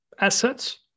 assets